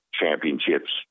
championships